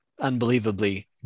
unbelievably